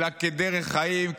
אלא כדרך חיים,